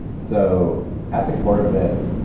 so at the core of it,